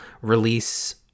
release